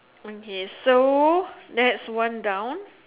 okay so that's one down